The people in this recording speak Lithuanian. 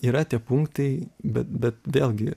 yra tie punktai bet bet vėlgi